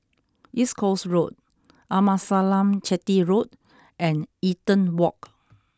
East Coast Road Amasalam Chetty Road and Eaton Walk